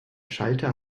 schalter